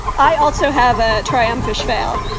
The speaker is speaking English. i also have a triumph to fail.